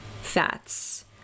fats